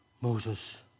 Moses